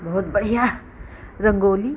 बहुत बढ़िया रंगोली